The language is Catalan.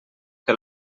que